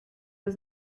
was